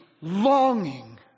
longing